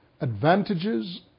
advantages